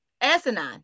asinine